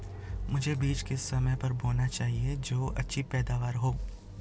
मुझे बीज किस समय पर बोना चाहिए जो अच्छी पैदावार हो?